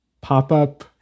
pop-up